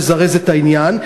לזרז את העניין,